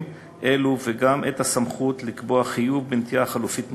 אלו וגם את הסמכות לקבוע חיוב בנטיעה חלופית מופחתת.